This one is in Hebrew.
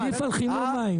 עדיף על חימום מים.